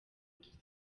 tuzi